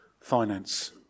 finance